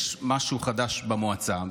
יש משהו חדש במועצה.